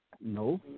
No